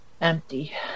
empty